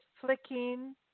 flicking